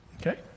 Okay